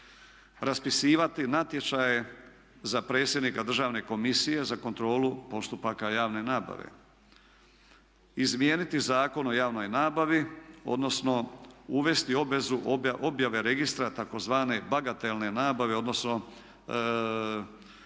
Raspisivati natječaje za predsjednika Državne komisije za kontrolu postupaka javne nabave. Izmijeniti Zakon o javnoj nabavi odnosno uvesti obvezu objave registra tzv. bagatelne nabave odnosno